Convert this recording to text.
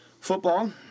football